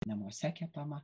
namuose kepama